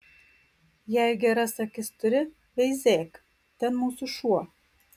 jei geras akis turi veizėk ten mūsų šuo